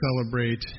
celebrate